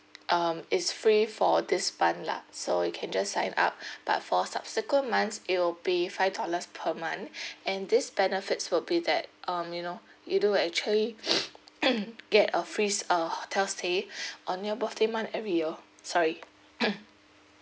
um it's free for this month lah so you can just sign up but for subsequent months it'll be five dollars per month and this benefits will be that um you know you do actually get a free uh hotel stay on your birthday month every year sorry